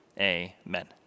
amen